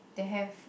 they have